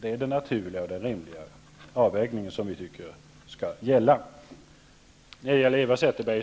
Det är det naturliga och den rimliga avvägning som vi anser bör gälla. Eva Zetterberg